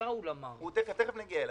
תיכף נגיע אליו.